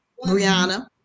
brianna